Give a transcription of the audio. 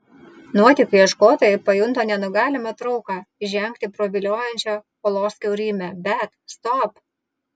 nuotykių ieškotojai pajunta nenugalimą trauką įžengti pro viliojančią olos kiaurymę bet stop